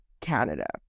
Canada